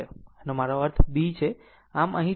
તો આ મારો b છે